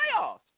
playoffs